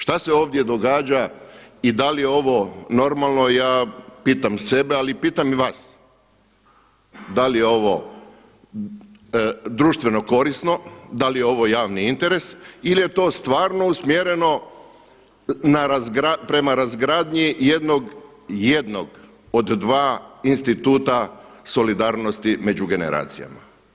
Šta se ovdje događa i da li je ovo normalno ja pitam sebe ali pitam i vas da li je ovo društveno korisno, da li je ovo javni interes ili je to stvarno usmjereno prema razgradnji jednog od dva instituta solidarnosti među generacijama?